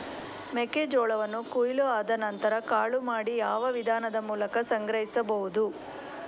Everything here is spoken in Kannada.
ಮೆಕ್ಕೆ ಜೋಳವನ್ನು ಕೊಯ್ಲು ಆದ ನಂತರ ಕಾಳು ಮಾಡಿ ಯಾವ ವಿಧಾನದ ಮೂಲಕ ಸಂಗ್ರಹಿಸಬಹುದು?